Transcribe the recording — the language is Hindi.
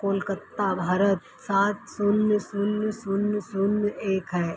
कलकत्ता भारत सात शून्य शून्य शून्य शून्य एक है